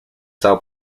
são